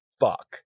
fuck